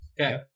Okay